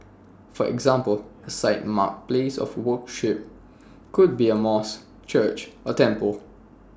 for example A site marked place of worship could be A mosque church or temple